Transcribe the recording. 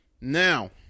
Now